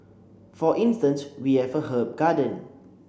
for instance we have a herb garden